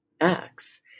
acts